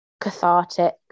cathartic